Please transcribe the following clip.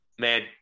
man